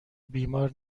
بیمار